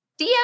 DM